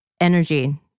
energy